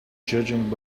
judging